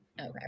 Okay